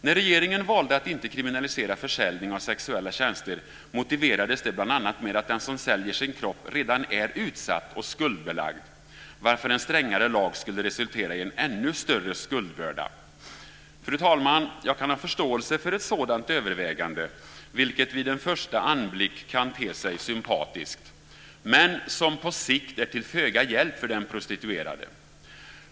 När regeringen valde att inte kriminalisera försäljning av sexuella tjänster motiverades det bl.a. med att den som säljer sin kropp redan är utsatt och skuldbelagd, varför en strängare lag skulle resultera i en ännu större skuldbörda. Fru talman! Jag kan ha förståelse för ett sådant övervägande, vilket vid en första anblick kan te sig sympatiskt, men på sikt är det till föga hjälp för den prostituerade.